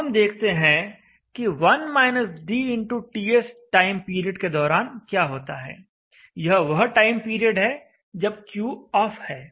अब हम देखते हैं कि 1-dTs टाइम पीरियड के दौरान क्या होता है यह वह टाइम पीरियड है जब Q ऑफ है